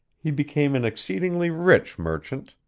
he became an exceedingly rich merchant,